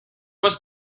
was